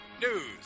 news